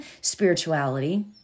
spirituality